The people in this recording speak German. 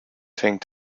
fängt